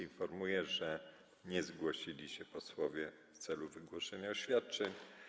Informuję, że nie zgłosili się posłowie w celu wygłoszenia oświadczeń.